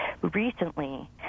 Recently